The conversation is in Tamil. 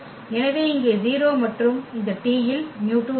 எனவே இங்கே 0 மற்றும் இந்த t இல் μ2 இல்லை